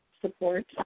support